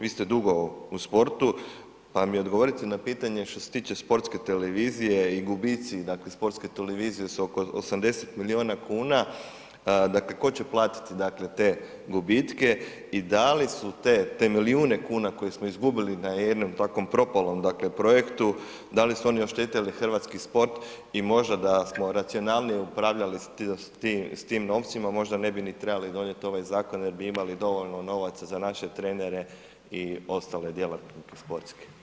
Vi ste dugo u sportu, pa mi odgovorite na pitanje što se tiče sportske televizije i gubici, dakle sportske televizije su oko 80 milijuna kuna, dakle ko će platiti, dakle te gubitke i da li su te, te milijune kuna koje smo izgubili na jednom takvom propalom, dakle projektu, da li su oni oštetili hrvatski sport i možda da smo racionalnije upravljali s tim novcima možda ne bi ni trebali donijeti ovaj zakon jer bi imali dovoljno novaca za naše trenere i ostale djelatnike sportske?